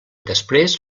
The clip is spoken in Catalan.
després